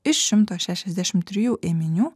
iš šimto šešiasdešim trijų ėminių